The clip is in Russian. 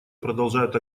продолжают